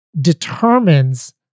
determines